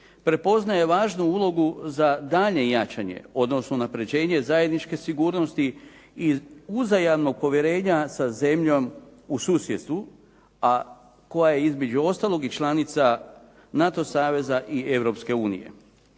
prepoznaje važnu ulogu za daljnje jačanje, odnosno unapređenje zajedničke sigurnosti i uzajamnog povjerenja sa zemljom u susjedstvu, a koja je između ostalog i članica NATO saveza i